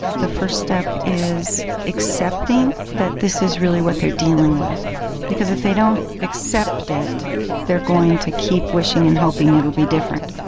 the first step is accepting that this is really what they are dealing with because if they don't accept it they are going to keep wishing and hoping it will be different.